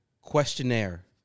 questionnaire